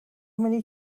many